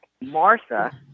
Martha